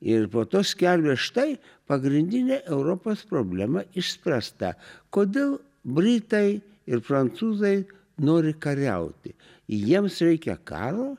ir po to skelbė štai pagrindinė europos problema išspręsta kodėl britai ir prancūzai nori kariauti jiems reikia karo